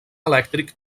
elèctric